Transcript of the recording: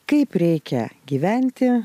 kaip reikia gyventi